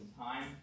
time